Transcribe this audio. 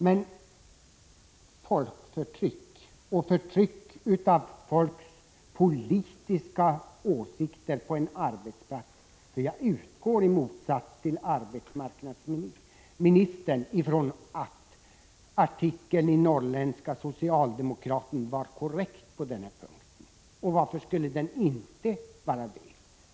Men det rör sig ändå om folkförtryck och förtryck av människors politiska åsikter på en arbetsplats — i motsats till arbetsmarknadsministern utgår jag nämligen från att artikeln i Norrländska Socialdemokraten var korrekt på denna punkt. Och varför skulle den inte vara det?